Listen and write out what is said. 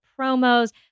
promos